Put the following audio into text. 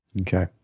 Okay